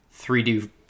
3D